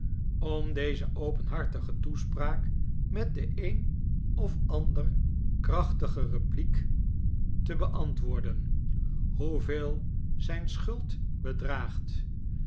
om deze openhartige toespraak met de een of ander krachtige remark tapley is u it zijn humeur pliek te beantwoorden hoeveel zijn schuld bedraagt